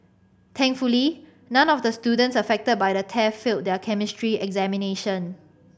thankfully none of the students affected by the theft failed their Chemistry examination